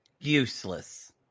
useless